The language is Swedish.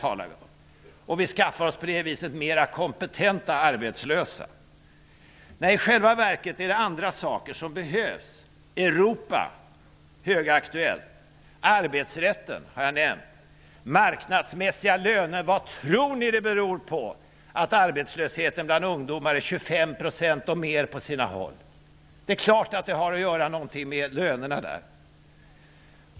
På det viset skaffar vi oss mer kompetenta arbetslösa. I själva verket är det andra saker som behövs: Europa, något som är högaktuellt, arbetsrätten, som jag tidigare har nämnt, och marknadsmässiga löner. Vad tror ni det beror på att arbetslösheten bland ungdomar är 25 % och mer på sina håll? Det är klart att det har något att göra med lönerna.